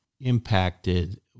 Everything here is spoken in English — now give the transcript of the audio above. impacted